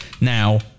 Now